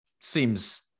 seems